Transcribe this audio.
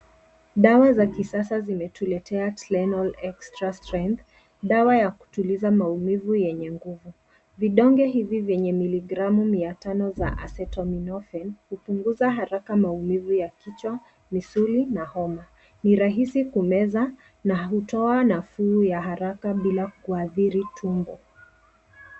Dawa za kisasa zimetuletea Tylenol extra strength , dawa ya kutuliza maumivu yenye nguvu. Vidonge hivi vyenye miligramu mia tano zina Acetaminophen hupunguza haraka maumivu ya kichwa, misuli na homa. Ni rahisi kumeza na hutoa nafuu ya haraka bila kuadhiri tumbo.